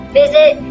visit